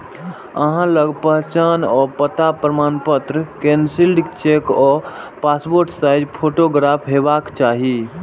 अहां लग पहचान आ पता प्रमाणपत्र, कैंसिल्ड चेक आ पासपोर्ट साइज फोटोग्राफ हेबाक चाही